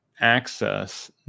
access